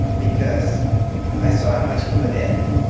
because i saw how much he put in,